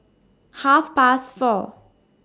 Half Past four